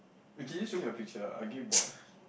Richie show me your picture I getting bored eh